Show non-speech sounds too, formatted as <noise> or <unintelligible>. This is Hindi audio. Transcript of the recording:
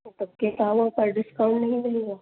<unintelligible> किताबों पर डिस्काउंट नहीं मिलेगा